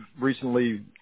recently